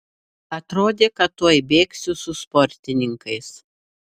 atrodė kad tuoj bėgsiu su sportininkais